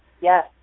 Yes